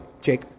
Jake